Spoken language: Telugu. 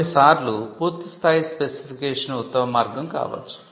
కొన్ని సార్లు పూర్తిస్థాయి స్పెసిఫికేషన్ ఉత్తమ మార్గం కావచ్చు